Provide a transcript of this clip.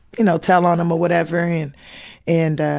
you know, tell on him or whatever, and and